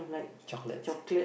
chocolates